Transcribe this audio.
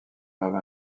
grave